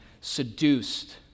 seduced